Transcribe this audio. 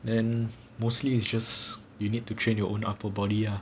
then mostly it's just you need to train your own upper body ah